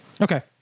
Okay